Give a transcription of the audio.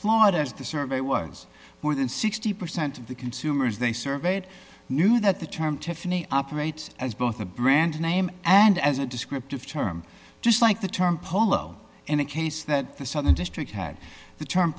as the survey was more than sixty percent of the consumers they surveyed knew that the term tiffany operates as both a brand name and as a descriptive term just like the term polo in a case that the southern district had the term